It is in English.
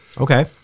Okay